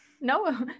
no